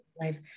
life